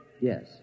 Yes